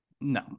No